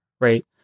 right